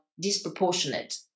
disproportionate